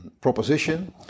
proposition